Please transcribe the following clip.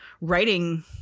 writing